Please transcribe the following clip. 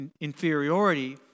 inferiority